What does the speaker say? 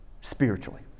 spiritually